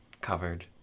covered